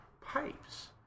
pipes